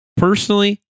Personally